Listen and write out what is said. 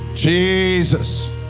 Jesus